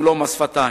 הוא לא מס שפתיים.